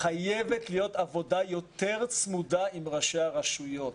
שחייבת להיות עבודה יותר צמודה עם ראשי הרשויות.